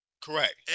Correct